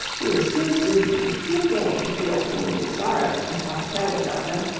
he was too busy and too gay to feel pain and sorrow, as botticelli felt them,